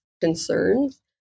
concerns